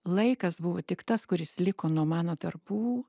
laikas buvo tik tas kuris liko nuo mano darbų